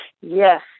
Yes